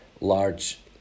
large